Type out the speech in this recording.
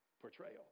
portrayal